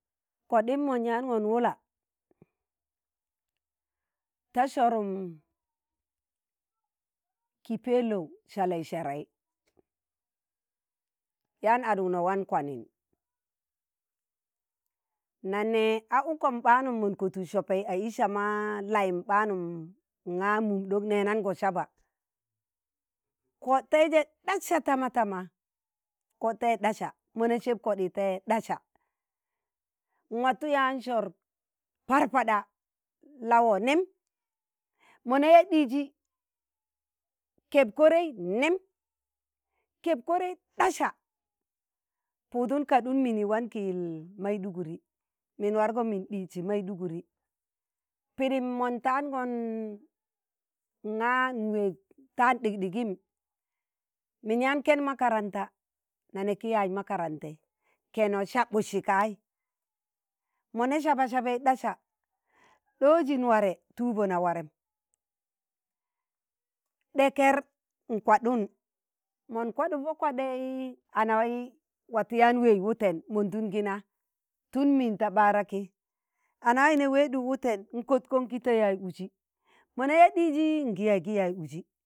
Kọɗim mọn yaangọn wula, ta sọrum ki pelou sali sẹrẹi yaan adụgnọ wan kwaniṇ na nẹ a ukam ɓaanum mọn kọtụk sọpẹi a i sama layim ɓaanum ṇga mum ɗok nẹnaṇgọ saba, kọtẹije ɗasa tama tama, kọte ɗasa mọ na sẹb koɗi tẹije ɗasa, nwatụ yaan sọr parpaɗa lawọ nẹm, mọ na yaa ɗizi keb kọrẹi nẹm, keb kọrai ɗasa, pụdụn kaɗụn mini wan ki yil Maiduguri, min wargo min dijsi Maiduguri pidin mọn taang̣ọn nga nweeg tạan ɗik ɗigim min yaan kẹn makaranta na nẹ ki yaaz makarantai, kẹnọ sabudsi kai mọ nẹ saba sabai ɗasa ɗoji nware tuubo na warem ɗaker nkwadụn, mọn kwaduk pọ kwadẹi anawẹi watu yaan weej wụtẹn mondun gi na, tun min ta ɓaraki, anawai nẹ wẹdụk wụtẹn n'kotkoṇ ki ta yaaz uzi, mona ya ɗiji ngi yaaz gi ya uzi,